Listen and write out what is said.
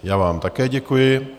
Já vám také děkuji.